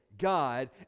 god